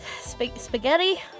spaghetti